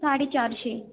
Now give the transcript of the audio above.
साडेचारशे